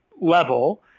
level